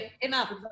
enough